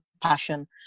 passion